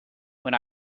when